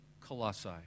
Colossae